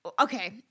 okay